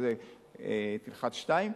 תלחץ 2,